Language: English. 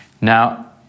Now